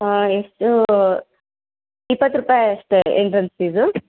ಎಷ್ಟು ಇಪ್ಪತ್ತು ರೂಪಾಯಿ ಅಷ್ಟೆ ಎಂಟ್ರೆನ್ಸ್ ಫೀಸು